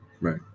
right